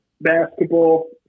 basketball